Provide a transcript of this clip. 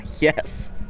Yes